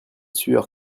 sueur